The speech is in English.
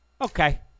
Okay